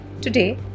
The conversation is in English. Today